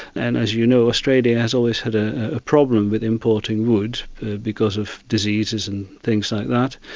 and as you know, australia has always had a problem with importing wood because of diseases and things like that,